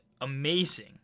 amazing